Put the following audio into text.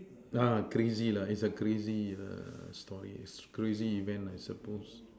ah crazy lah it's a crazy uh story crazy event I suppose